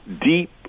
deep